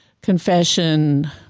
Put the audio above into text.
confession